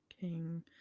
king